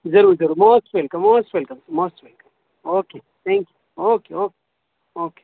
ضرور ضرور most welcome most welcome most welcome okay thank you okay okay okay